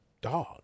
dog